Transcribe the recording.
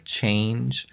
change